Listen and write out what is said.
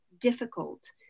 difficult